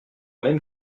même